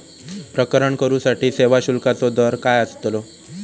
प्रकरण करूसाठी सेवा शुल्काचो दर काय अस्तलो?